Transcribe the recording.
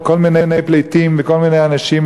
כל מיני פליטים וכל מיני אנשים,